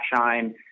Shine